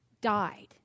died